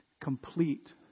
complete